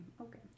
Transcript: Okay